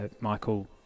Michael